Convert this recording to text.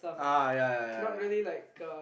ah yeah yeah yeah yeah yeha